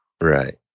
Right